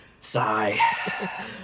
Sigh